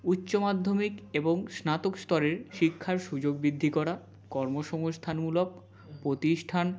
উচ্চ মাধ্যমিক এবং স্নাতক স্তরের শিক্ষার সুযোগ বৃদ্ধি করা কর্মসংস্থানমূলক প্রতিষ্ঠান